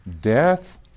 death